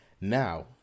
now